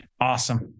Awesome